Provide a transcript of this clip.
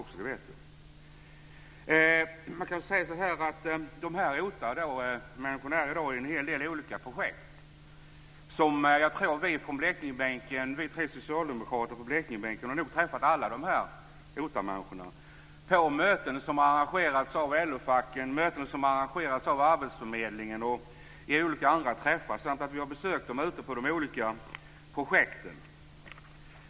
OTA har förekommit i olika projekt. Vi tre socialdemokrater på Blekingebänken har nog träffat alla OTA-människorna, antingen på möten som arrangerats av LO-facken, arbetsförmedlingen och andra träffar eller då vi har besökt dem ute på de olika projekten.